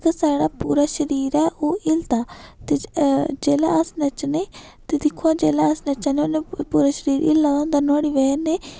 जेह्का साढ़ा पूरा शरीर ऐ ओह् हिलदा ते जेल्लै अस नच्चने ते दिक्खो आं जेल्लै अस नच्चै ने होन्ने पूरा शरीर हिल्ला दा होंदा नुहाड़ी बजह् कन्नै